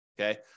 okay